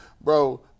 bro